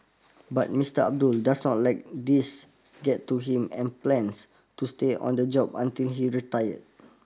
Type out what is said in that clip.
but Mister Abdul does not let these get to him and plans to stay on the job until he retired